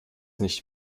nicht